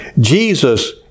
Jesus